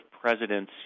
presidents